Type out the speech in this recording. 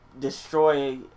destroy